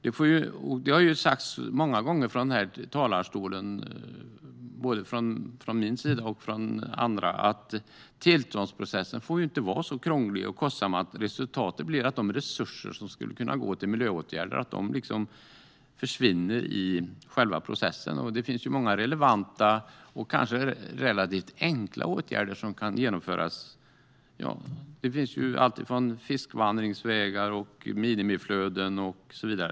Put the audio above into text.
Det har sagts många gånger i den här talarstolen, både från min sida och från andra, att tillståndsprocessen inte får vara så krånglig och kostsam att resultatet blir att de resurser som skulle kunna gå till miljöåtgärder försvinner i själva processen. Det finns många relevanta och kanske relativt enkla åtgärder som kan genomföras. Det handlar om fiskvandringsvägar, minimiflöden och så vidare.